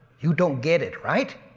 you don't get it, right?